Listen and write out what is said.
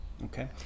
okay